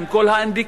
עם כל האינדיקטורים,